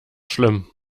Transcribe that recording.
schlimm